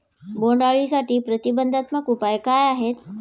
बोंडअळीसाठी प्रतिबंधात्मक उपाय काय आहेत?